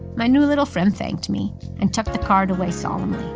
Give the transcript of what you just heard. my new little friend thanked me and tucked the card away solemnly.